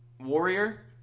warrior